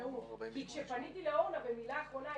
ישמעו כי כשפניתי לאורנה ומילה אחרונה,